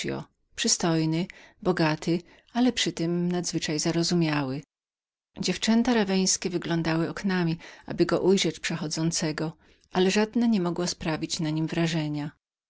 przystojny bogaty ale przytem nadzwyczaj zarozumiały dziewczęta raweńskie wyglądały oknami aby gago ujrzeć przechodzącego ale żadna nie mogła sprawić na nim wrażenia